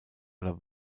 oder